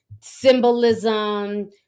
symbolism